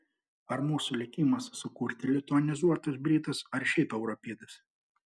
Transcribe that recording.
ar mūsų likimas sukurti lituanizuotus britus ar šiaip europidus